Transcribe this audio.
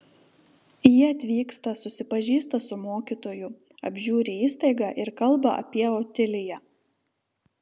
ji atvyksta susipažįsta su mokytoju apžiūri įstaigą ir kalba apie otiliją